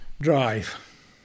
Drive